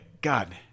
God